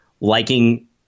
liking